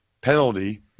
penalty